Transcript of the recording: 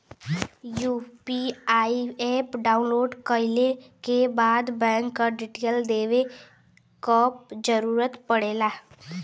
UPI app download कइले क बाद बैंक क डिटेल देवे क जरुरत पड़ेला